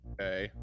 Okay